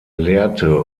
lehrte